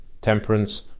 temperance